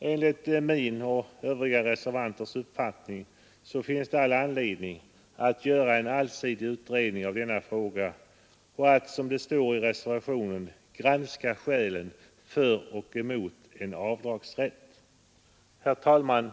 Enligt min och övriga reservanters uppfattning finns det all anledning att göra en allsidig utredning av denna fråga och att, som det står i reservationen, ”granska skälen för och emot avdragsrätt”. Herr talman!